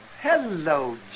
hello